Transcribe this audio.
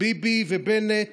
ביבי ובנט